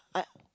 I